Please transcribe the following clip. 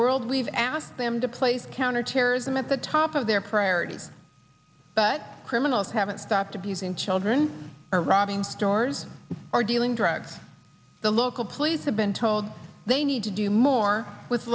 world leave asked them to place counterterrorism at the top of their priority but criminals haven't stopped abusing children or robbing stores or dealing drugs the local police have been told they need to do more with